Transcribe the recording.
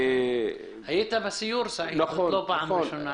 הייתי בסיור אחד וצריך ליידע את הוועדה